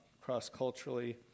cross-culturally